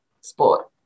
sport